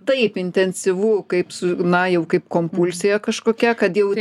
taip intensyvu kaip su na jau kaip kompulsija kažkokia kad jau